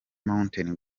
mountain